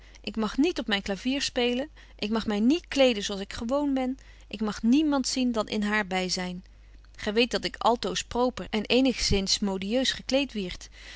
ik mag niet op myn clavier spelen ik mag my niet kleden zo als ik gewoon ben ik mag niemand zien dan in haar byzyn gy weet dat ik altoos proper en eenigzins modieus gekleed wierd